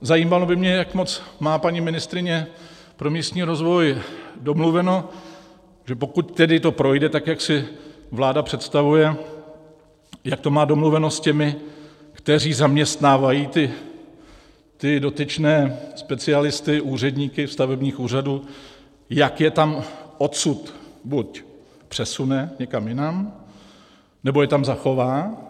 Zajímalo by mě, jak moc má paní ministryně pro místní rozvoj domluveno, že pokud tedy to projde tak, jak si vláda představuje, jak to má domluveno s těmi, kteří zaměstnávají ty dotyčné specialisty, úředníky stavebních úřadů, jak je tam odsud buď přesune někam jinam, nebo je tam zachová.